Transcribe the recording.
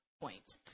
point